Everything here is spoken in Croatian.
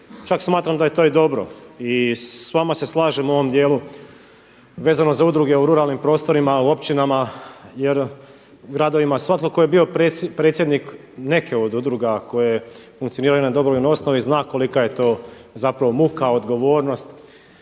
čak smatram da je to i dobro i s vama se slažem u ovom dijelu vezano za udruge u ruralnim prostorima, u općinama jer, gradovima, jer svatko tko je bio predsjednik neke od udruga koje funkcioniraju na dobrovoljnoj osnovi zna kolika je to zapravo muka, odgovornost.